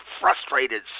frustrated